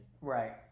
Right